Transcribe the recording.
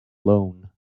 loan